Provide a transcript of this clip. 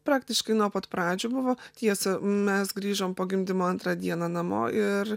praktiškai nuo pat pradžių buvo tiesa mes grįžom po gimdymo antrą dieną namo ir